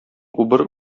убыр